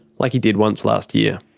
like he did once last year.